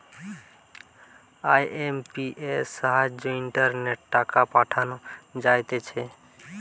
IMPS সাহায্যে ইন্টারনেটে টাকা পাঠানো যাইতেছে